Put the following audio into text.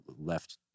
left